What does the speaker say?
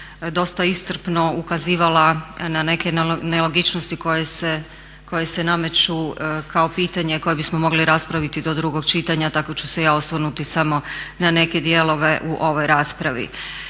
dosta iscrpno ukazivala na neke nelogičnosti koje se nameću kao pitanje koje bismo mogli raspraviti do drugog čitanja. Tako ću se i ja osvrnuti samo na neke dijelove u ovoj raspravi.